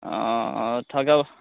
অঁ অঁ থাকা